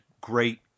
great